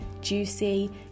juicy